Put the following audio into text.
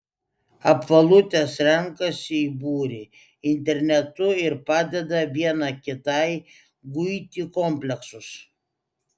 apvalutės renkasi į būrį internetu ir padeda viena kitai guiti kompleksus